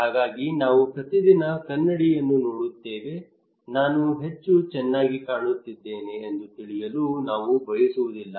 ಹಾಗಾಗಿ ನಾವು ಪ್ರತಿದಿನ ಕನ್ನಡಿಯನ್ನು ನೋಡುತ್ತೇವೆ ನಾನು ಹೇಗೆ ಚೆನ್ನಾಗಿ ಕಾಣುತ್ತಿದ್ದೇನೆ ಎಂದು ತಿಳಿಯಲು ನಾವು ಬಯಸುವುದಿಲ್ಲ